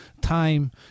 time